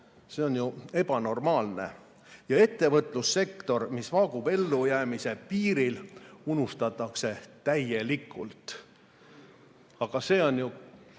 See on ju ebanormaalne. Ettevõtlussektor, mis vaagub ellujäämise piiril, unustatakse aga täielikult, ehkki see on ju